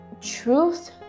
truth